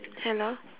hello